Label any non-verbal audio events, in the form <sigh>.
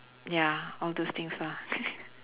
ya all those things lah <laughs>